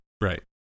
Right